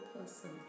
person